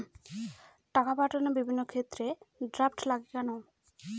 টাকা পাঠানোর বিভিন্ন ক্ষেত্রে ড্রাফট লাগে কেন?